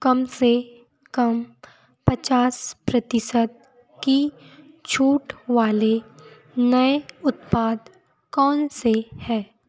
कम से कम पचास प्रतिशत की छूट वाले नए उत्पाद कौन से हैं